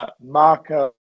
Marco